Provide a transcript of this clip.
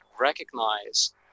recognize